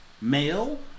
Male